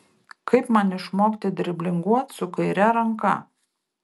kaip man išmokti driblinguot su kaire ranka